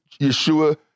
Yeshua